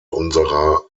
unserer